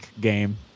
game